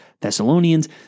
Thessalonians